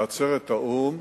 בעצרת האו"ם,